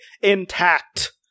intact